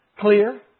clear